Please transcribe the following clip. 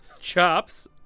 Chops